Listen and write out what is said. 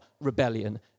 rebellion